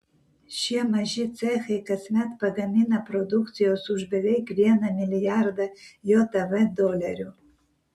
šie maži cechai kasmet pagamina produkcijos už beveik vieną milijardą jav dolerių